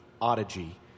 oddity